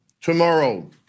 tomorrow